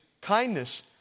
kindness